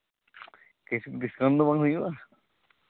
ᱠᱟᱹᱴᱤᱡ ᱵᱤᱥᱨᱟᱢ ᱫᱚ ᱵᱟᱝ ᱦᱩᱭᱩᱜᱼᱟ